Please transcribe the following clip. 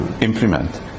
implement